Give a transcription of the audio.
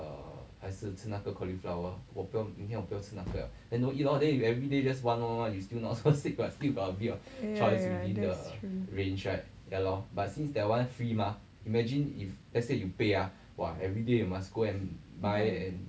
ya ya ya that's true